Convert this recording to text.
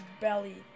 belly